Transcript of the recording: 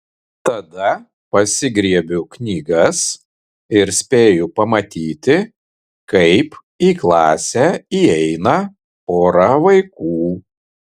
tada pasigriebiu knygas ir spėju pamatyti kaip į klasę įeina pora vaikų